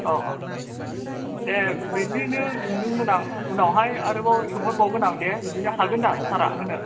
दे बिदिनो सोंदोंमोन आं उनावहाय आरोबाव सोंहरबावगोन आं दे बिदिनो हागोन दा सारआ होनो